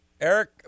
Eric